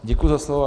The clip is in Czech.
Děkuji za slovo.